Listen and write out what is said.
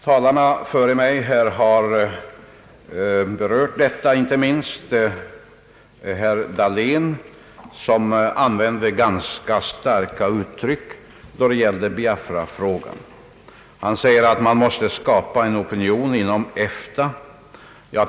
Talarna före mig har berört detta spörsmål, inte minst herr Dahlén, som använde ganska starka uttryck. Han säger att man måste skapa en opinion inom FN.